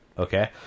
Okay